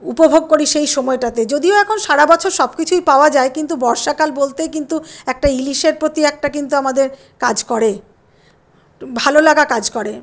উপভোগ করি সেই সময়টাতে যদিও এখন সারাবছর সবকিছুই পাওয়া যায় কিন্তু বর্ষাকাল বলতেই কিন্তু একটা ইলিশের প্রতি একটা কিন্তু আমাদের কাজ করে ভালোলাগা কাজ করে